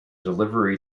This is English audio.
delivery